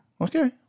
Okay